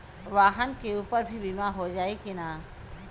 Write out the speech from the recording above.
वाहन के ऊपर भी बीमा हो जाई की ना?